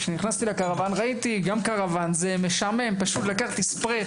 כשנכנסתי לקרוואן ראיתי שזה משעמם ולקחתי ספריי